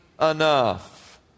enough